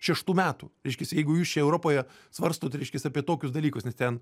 šeštų metų reiškias jeigu jūs čia europoje svarstot reiškias apie tokius dalykus nes ten